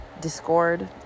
discord